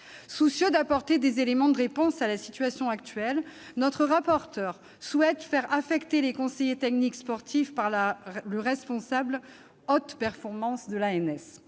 Soucieux d'apporter des éléments de réponse à la situation actuelle, notre rapporteur souhaite faire affecter les conseillers techniques sportifs par le responsable de la haute performance à l'ANS.